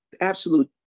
Absolute